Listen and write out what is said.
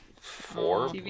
four